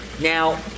Now